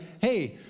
hey